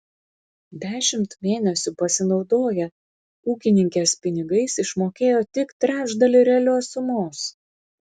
dešimt mėnesių pasinaudoję ūkininkės pinigais išmokėjo tik trečdalį realios sumos